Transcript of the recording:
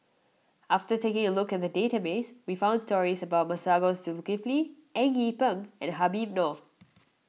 after taking a look at the database we found stories about Masagos Zulkifli Eng Yee Peng and Habib Noh